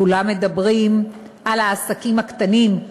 כולם מדברים על העסקים הקטנים.